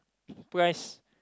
price